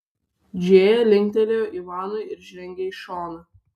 džėja linktelėjo ivanui ir žengė į šoną